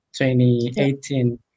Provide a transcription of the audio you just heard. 2018